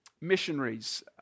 missionaries